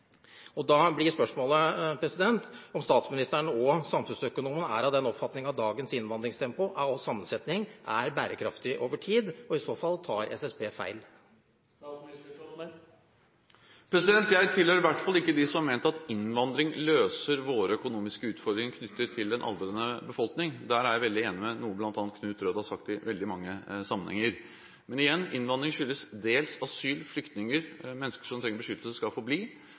Da blir spørsmålet om statsministeren og samfunnsøkonomene er av den oppfatning at dagens innvandringstempo og sammensetning er bærekraftig over tid. I så fall tar SSB feil. Jeg tilhører i hvert fall ikke dem som har ment at innvandring løser våre økonomiske utfordringer knyttet til en aldrende befolkning. Der er jeg veldig enig i noe bl.a. Knut Røed har sagt i veldig mange sammenhenger. Men igjen: Innvandring skyldes dels asyl, flyktninger, at mennesker som trenger beskyttelse, skal